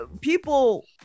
people